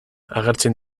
agertzen